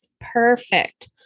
Perfect